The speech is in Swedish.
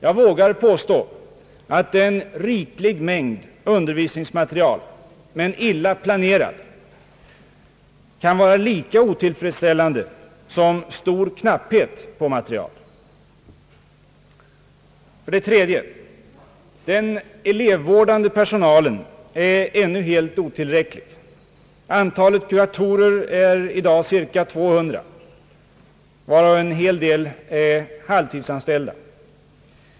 Jag vågar påstå att en riklig mängd undervisningsmateriel, men illa planerad, kan vara lika otillfredsställande som stor knapphet på materiel. 3) Den elevvårdande personalen är ännu helt otillräcklig. Antalet kuratorer är i dag cirka 200, varav en hel del är halvtidsanställda.